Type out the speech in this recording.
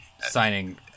signing